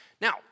Now